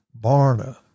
Barna